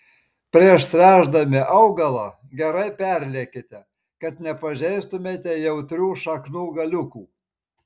prieš tręšdami augalą gerai perliekite kad nepažeistumėte jautrių šaknų galiukų